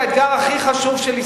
שהאתגר של ישראל,